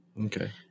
Okay